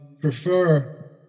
prefer